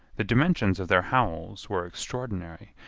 the dimensions of their howls were extraordinary.